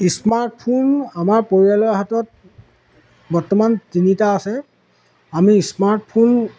smartphone আমাৰ পৰিয়ালৰ হাতত বৰ্তমান তিনিটা আছে আমি স্মাৰ্টফোন